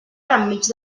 enmig